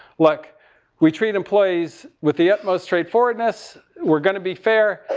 look we treat employees with the utmost straightforwardness. we're going to be fair.